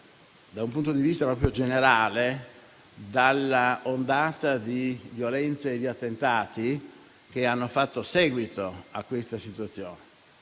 da un punto di vista generale, dall'ondata di violenze e di attentati che hanno fatto seguito a tale situazione.